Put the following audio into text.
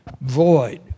void